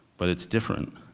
but it's different.